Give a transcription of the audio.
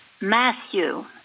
Matthew